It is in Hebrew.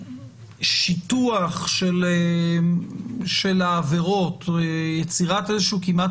קצת שיטוח של העבירות ויצירת איזה שהוא כמעט,